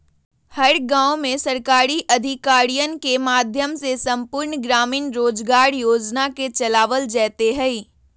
हर गांव में सरकारी अधिकारियन के माध्यम से संपूर्ण ग्रामीण रोजगार योजना के चलावल जयते हई